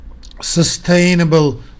sustainable